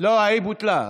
ההצבעה ההיא בוטלה.